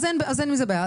אז אין עם זה בעיה.